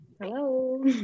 Hello